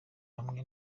hamwe